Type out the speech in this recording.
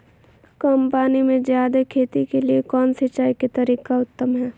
कम पानी में जयादे खेती के लिए कौन सिंचाई के तरीका उत्तम है?